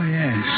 yes